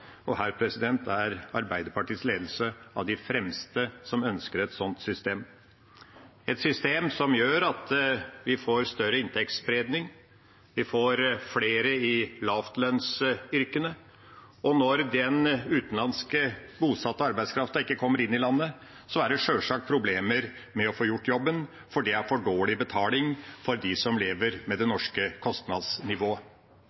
er Arbeiderpartiets ledelse av de fremste som ønsker et sånt system, et system som gjør at vi får større inntektsspredning, vi får flere i lavlønnsyrkene. Når den utenlands bosatte arbeidskraften ikke kommer inn i landet, er det sjølsagt problemer med å få gjort jobben, for det er for dårlig betaling for dem som lever med det